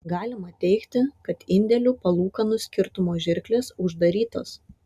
galima teigti kad indėlių palūkanų skirtumo žirklės uždarytos